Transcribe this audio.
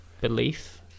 belief